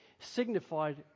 signified